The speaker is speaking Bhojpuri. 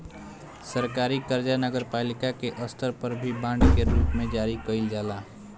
सरकारी कर्जा नगरपालिका के स्तर पर भी बांड के रूप में जारी कईल जाला